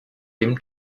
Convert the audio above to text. dem